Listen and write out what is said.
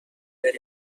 پایین